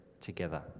together